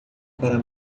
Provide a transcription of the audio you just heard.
para